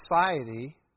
society